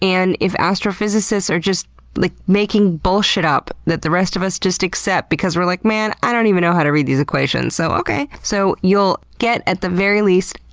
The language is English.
and if astrophysicists are just like making bullshit up that the rest of us just accept because we're like, man, i don't even know how to read these equations, so okay. so you'll get, at the very least,